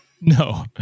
No